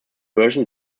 version